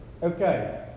Okay